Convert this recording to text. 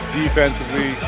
defensively